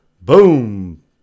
boom